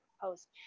post